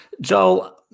Joel